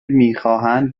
میخواهند